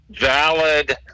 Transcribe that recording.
valid